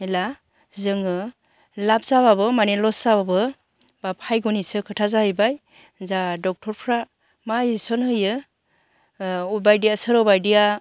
एला जोङो लाब जाबाबो मानि लस जाबाबो बा भायग'निसो खोथा जाहैबाय जा डक्टरफ्रा मा इनजिकसन होयो अबेबा बादिया सोरबा बादिया